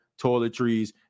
toiletries